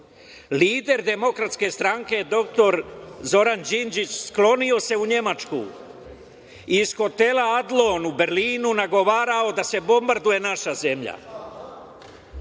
Demokratske stranke doktor Zoran Đinđić sklonio se u Nemačku. Iz hotela „Adlon“ u Berlinu nagovarao je da se bombarduje naša zemlja. On